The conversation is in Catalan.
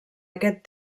aquest